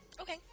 Okay